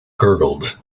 gurgled